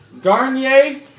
Garnier